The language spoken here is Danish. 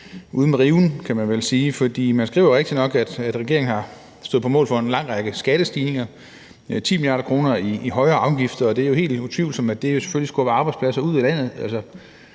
med riven efter regeringen. For man skriver rigtigt nok, at regeringen har stået på mål for en lang række skattestigninger – 10 mia. kr. i højere afgifter – og det er jo helt utvivlsomt, at det selvfølgelig skubber arbejdspladser ud af landet.